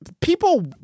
people